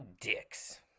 dicks